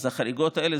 החריגות האלה,